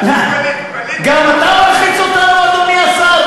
גם אתה מלחיץ אותנו, אדוני השר?